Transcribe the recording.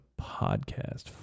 podcast